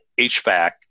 HVAC